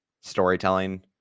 storytelling